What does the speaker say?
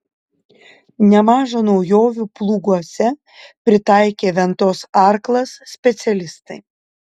nemaža naujovių plūguose pritaikė ventos arklas specialistai